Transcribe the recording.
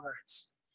words